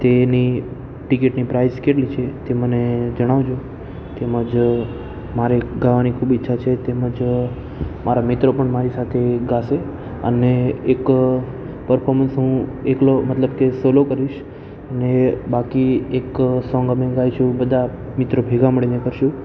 તેની ટિકિટની પ્રાઈઝ કેટલી છે તે મને જણાવજો તેમજ મારે ગાવાની ખૂબ ઈચ્છા છે તેમજ મારા મિત્રો પણ મારી સાથે ગાશે અને એક પરફોર્મન્સ હું એકલો મતલબ કે સોલો કરીશ ને બાકી એક સોંગ અમે ગાઈશું બધા મિત્રો ભેગા મળીને કરીશું